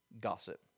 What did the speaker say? gossip